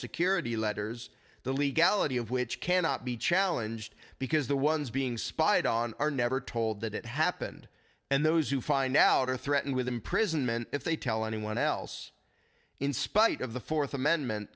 security letters the legality of which cannot be challenged because the ones being spied on are never told that it happened and those who find out are threatened with imprisonment if they tell anyone else in spite of the fourth amendmen